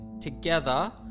together